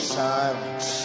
silence